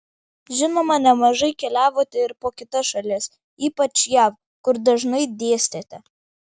žinoma nemažai keliavote ir po kitas šalis ypač jav kur dažnai dėstėte